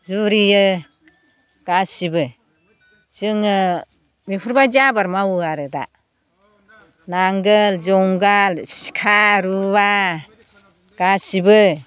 जुरियो गासिबो जोङो बेफोरबायदि आबाद मावो आरो दा नांगोल जुंगाल सिखा रुवा गासिबो